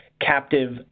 captive